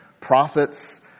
prophets